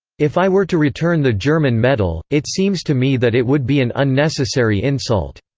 if i were to return the german medal, it seems to me that it would be an unnecessary insult.